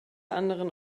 anderen